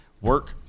work